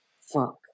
fuck